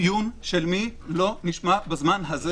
דיון של מי לא נשמע בזמן הזה?